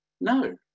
No